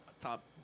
Top